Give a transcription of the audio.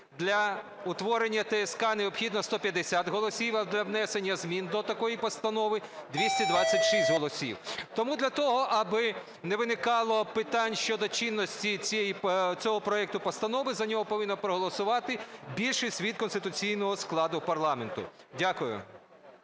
для утворення ТСК необхідно 150 голосів, а для внесення змін до такої постанови 226 голосів. Тому для того, аби не виникало питань щодо чинності цього проекту постанови, за нього повинна проголосувати більшість від конституційного складу парламенту. Дякую.